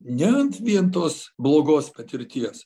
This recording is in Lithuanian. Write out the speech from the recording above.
ne ant vien tos blogos patirties